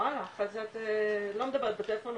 אחר כך את לא מדברת בטלפון,